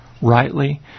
rightly